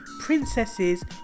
princesses